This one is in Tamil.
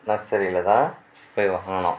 நர்சரியில்தான் போய் வாங்கினோம்